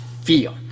feel